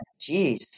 Jeez